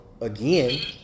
again